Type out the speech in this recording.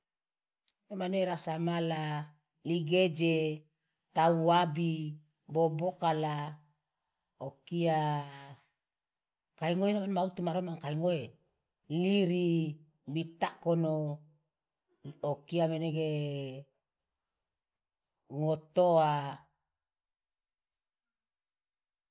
emane rasa mala ligeje tawabi bobokala okia kai ngoe ma utu ma romanga kai ngoe liri bitakono okia menege ngotoa.